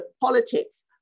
politics